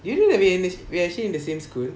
do you know we are in we are actually in the same school